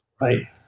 right